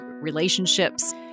relationships